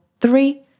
three